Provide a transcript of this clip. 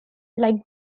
like